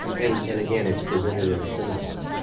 and and again it's presented in a seminar.